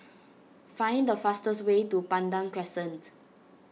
find the fastest way to Pandan Crescent